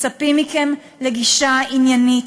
מצפים מכם לגישה עניינית,